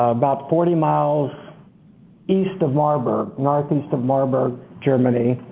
about forty miles east of marburg, northeast of marburg, germany,